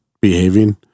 behaving